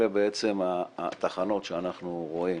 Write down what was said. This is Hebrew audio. אלה בעצם התחנות שאנחנו רואים.